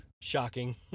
shocking